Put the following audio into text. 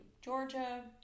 Georgia